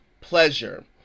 Pleasure